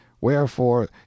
wherefore